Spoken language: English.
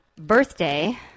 Birthday